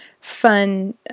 fun